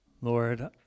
Lord